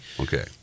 Okay